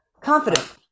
Confident